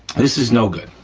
this is no good.